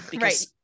right